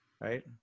right